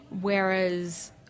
whereas